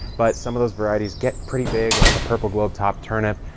but some of those varieties get pretty big, like a purple globe top turnip.